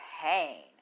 pain